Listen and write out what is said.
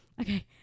okay